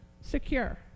secure